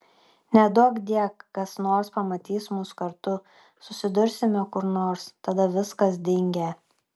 neduokdie kas nors pamatys mus kartu susidursime kur nors tada viskas dingę